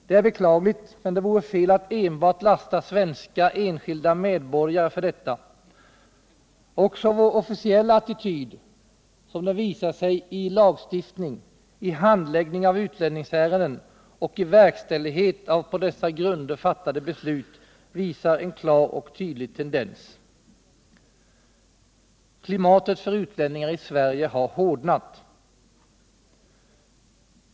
Det är beklagligt, men det vore fel att lasta enbart svenska enskilda medborgare för detta. Även vår officiella attityd, som den visar sig i lagstiftning, i handläggning av utlänningsärenden och i verkställighet av på sådana grunder fattade beslut, visar en klar och tydlig tendens. Klimatet för utlänningar i Sverige har hårdnat.